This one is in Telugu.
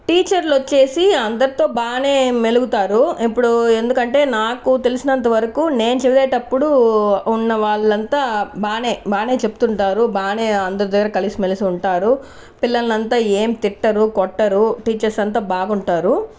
టీచర్లొచ్చేసి అందరితో బాగానే మెలుగుతారు ఇప్పుడూ ఎందుకంటే నాకు తెలిసినంతవరకు నేను చూసేటప్పుడు ఉన్న వాళ్ళంతా బాగానే బాగానే చెప్తుంటారు బాగానే అందరు దగ్గిర కలిసి మెలిసి ఉంటారు పిల్లల్నంతా ఏం తిట్టరు కొట్టరు టీచర్స్ అంతా బాగుంటారు